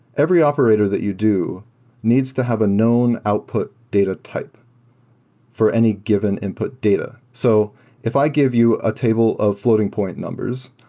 every operator that you do needs to have a known output data type for any given input data. so if i give you a table of floating point number,